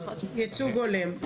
ייצוג הולם.